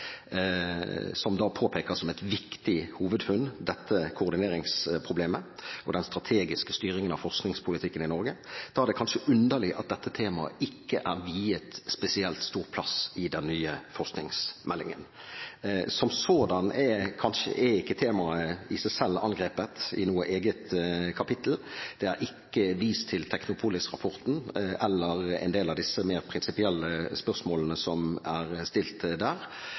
dette koordineringsproblemet og den strategiske styringen av forskningspolitikken i Norge som et viktig hovedfunn, er det kanskje underlig at dette temaet ikke er viet spesielt stor plass i den nye forskningsmeldingen. Temaet som sådan er ikke angrepet i noe eget kapittel. Det er ikke vist til Technopolis-rapporten eller en del av de mer prinsipielle spørsmålene som er stilt der.